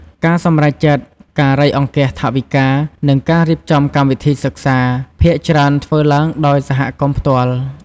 ការសម្រេចចិត្ត ការរៃអង្គាសថវិកា និងការរៀបចំកម្មវិធីសិក្សា ភាគច្រើនធ្វើឡើងដោយសហគមន៍ផ្ទាល់។